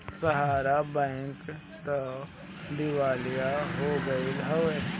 सहारा bank तअ दिवालिया हो गईल हवे